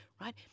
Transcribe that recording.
Right